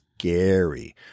scary